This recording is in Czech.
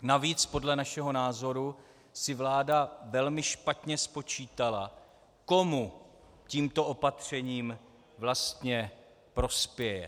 Navíc podle našeho názoru si vláda velmi špatně spočítala, komu tímto opatřením vlastně prospěje.